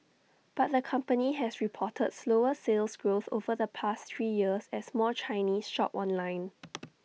but the company has reported slower Sales Growth over the past three years as more Chinese shop online